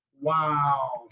Wow